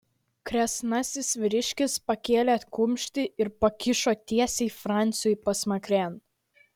kresnasis vyriškis pakėlė kumštį ir pakišo tiesiai franciui pasmakrėn